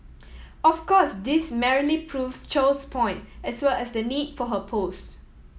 of course this merely proves Chow's point as well as the need for her post